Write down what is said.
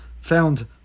found